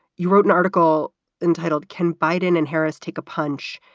you wrote an article entitled can biden and harris take a punch?